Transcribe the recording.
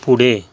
पुढे